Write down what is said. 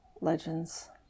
legends